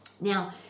Now